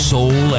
Soul